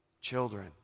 children